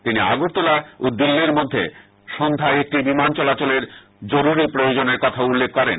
তিনি আগরতলা ও দিল্লির মধ্যে সন্ধ্যায় একটি বিমান চলাচলের জরুরি প্রয়োজনের কথাও উল্লেখ করেন